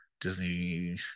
Disney